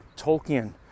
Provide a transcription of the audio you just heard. Tolkien